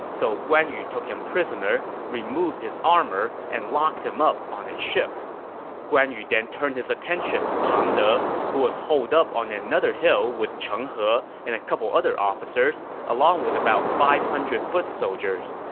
so guan yu took him prisoner, removed his armor, and locked him up on a ship guan yu then turned his attention to pang de, who was holed up on another hill with cheng he and a couple other officer, along with about five hundred foot soldiers.